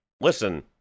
Listen